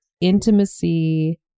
intimacy